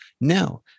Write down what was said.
No